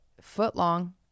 foot-long